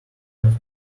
have